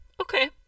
okay